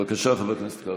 בבקשה, חבר הכנסת קרעי.